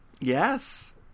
Yes